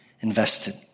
invested